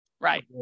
Right